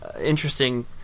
interesting